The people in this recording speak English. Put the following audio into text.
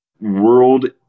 World